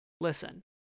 listen